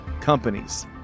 companies